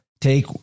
take